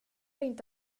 inte